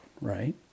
right